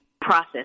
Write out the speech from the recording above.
process